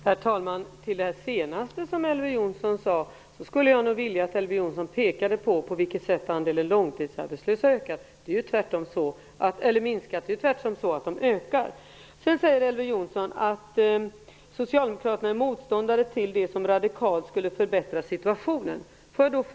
Herr talman! När det gäller det senaste som Elver Jonsson sade skulle jag nog vilja att han talar om på vilket sätt andelen långtidsarbetslösa minskar. Det är ju tvärtom så att de blir fler. Elver Jonsson säger att Socialdemokraterna är motståndare till det som radikalt skulle förbättra situationen.